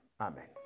Amen